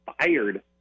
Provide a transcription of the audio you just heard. fired